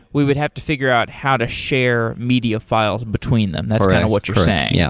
we would have to figure out how to share media files between them. that's kind of what you're saying. yeah